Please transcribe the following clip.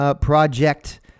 project